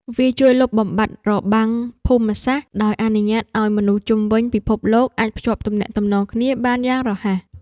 វាជួយលុបបំបាត់របាំងភូមិសាស្ត្រ ដោយអនុញ្ញាតឱ្យមនុស្សជុំវិញពិភពលោកអាចភ្ជាប់ទំនាក់ទំនងគ្នាបានយ៉ាងរហ័ស។